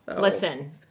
Listen